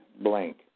blank